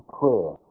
prayer